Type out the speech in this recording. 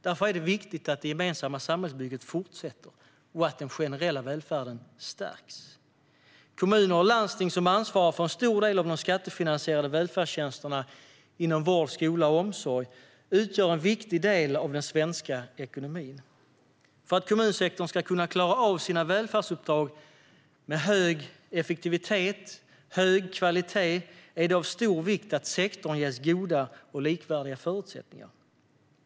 Därför är det viktigt att det gemensamma samhällsbygget fortsätter och att den generella välfärden stärks. Kommuner och landsting som ansvarar för en stor del av de skattefinansierade välfärdstjänsterna inom vård, skola och omsorg utgör en viktig del av den svenska ekonomin. För att kommunsektorn ska kunna klara av sina välfärdsuppdrag med hög effektivitet och hög kvalitet är det av stor vikt att sektorn ges goda och likvärdiga förutsättningar.